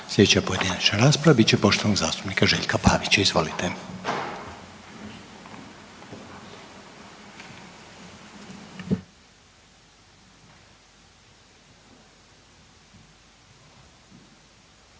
Slijedi pojedinačna rasprava poštovanog zastupnika Željka Pavića. **Pavić,